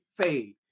fade